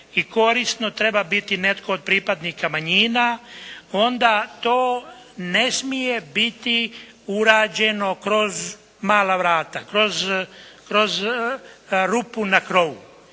i korisno treba biti netko od pripadnika manjina onda to ne smije biti urađeno kroz mala vrata. Kroz, kroz rupu na krovu.